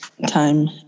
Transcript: time